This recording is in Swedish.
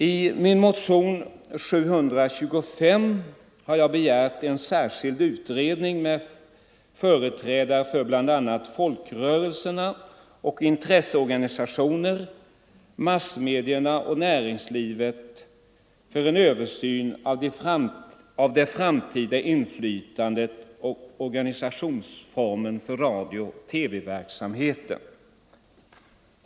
I min motion 725 har jag begärt en särskild utredning med företrädare för bl.a. folkrörelserna och intresseorganisationerna, massmedierna och näringslivet samt parlamentariker för en översyn av de framtida inflytandeoch organisationsformerna för radiooch TV-verksamheten.